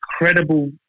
incredible